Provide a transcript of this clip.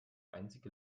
einzige